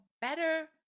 better